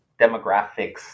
demographics